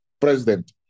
president